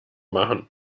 machen